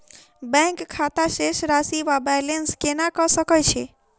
Bank खाता शेष राशि वा बैलेंस केना कऽ सकय छी?